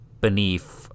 beneath